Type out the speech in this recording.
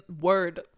word